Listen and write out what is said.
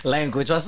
Language